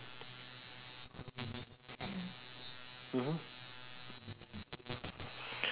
mmhmm